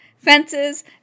fences